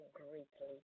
greatly